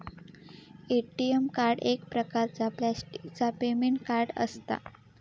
ATM card एक प्रकारचा प्लॅस्टिकचा पेमेंट कार्ड असता